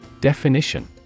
Definition